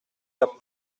gap